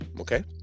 Okay